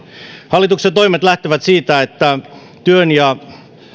hallituksen toimet lähtevät siitä että